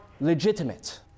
legitimate